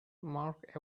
mark